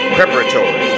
Preparatory